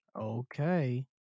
okay